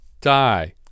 Die